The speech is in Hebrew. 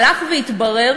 הלך והתברר